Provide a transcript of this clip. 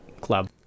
club